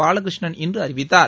பாலகிருஷ்ணன் இன்று அறிவித்தார்